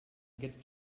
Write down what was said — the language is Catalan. aquests